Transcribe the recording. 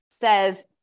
says